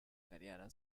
carriera